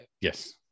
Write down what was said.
yes